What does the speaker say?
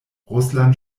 russland